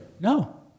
No